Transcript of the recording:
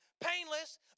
painless